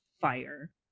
fire